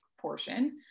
portion